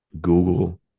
Google